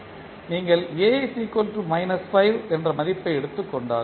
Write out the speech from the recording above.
நீங்கள் A 5 என்ற மதிப்பை எடுத்துக் கொண்டால்